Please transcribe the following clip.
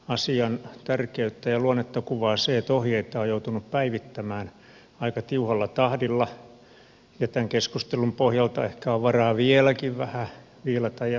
asian tärkeyttä ja luonnetta kuvaa se että ohjeita on joutunut päivittämään aika tiuhalla tahdilla ja tämän keskustelun pohjalta ehkä on varaa vieläkin vähän viilata ja höylätä